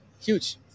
huge